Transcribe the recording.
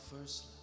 first